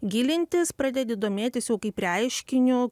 gilintis pradedi domėtis jau kaip reiškiniu